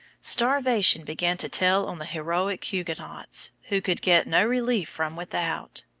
starvation began to tell on the heroic huguenots, who could get no relief from without.